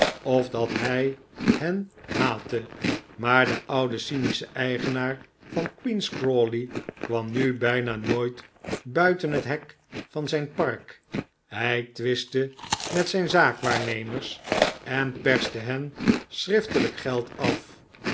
of dat hij hen haatte maar de oude cynische eigenaar van queen's crawley kwam nu bijna nooit buiten het hek van zijn park hij twistte met zijn zaakwaarnemers en perste hen schriftelijk geld af